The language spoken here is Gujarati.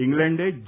ઇંગ્લેન્ડે જે